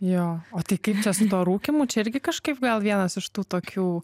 jo o taip čia su tuo rūkymu čia irgi kažkaip gal vienas iš tų tokių